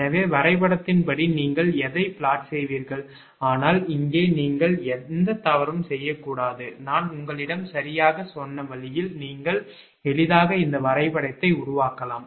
எனவே வரைபடத்தின்படி நீங்கள் எதைச் பிளாட் செய்வீர்கள் ஆனால் இங்கே நீங்கள் எந்த தவறும் செய்யக் கூடாது நான் உங்களிடம் சரியாகச் சொன்ன வழியில் நீங்கள் எளிதாக இந்த வரைபடத்தை உருவாக்கலாம்